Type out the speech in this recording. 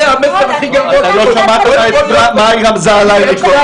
זה המסר הכי גרוע --- כנראה לא שמעת מה היא רמזה עליי מקודם.